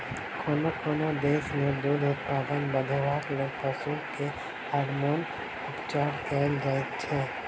कोनो कोनो देश मे दूध उत्पादन बढ़ेबाक लेल पशु के हार्मोन उपचार कएल जाइत छै